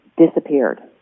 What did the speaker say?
disappeared